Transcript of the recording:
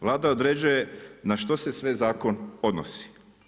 Vlada određuje na što se sve zakon odnosi.